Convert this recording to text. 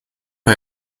war